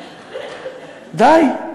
די.